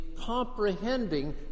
comprehending